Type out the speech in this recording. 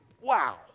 wow